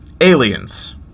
Aliens